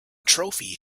trophy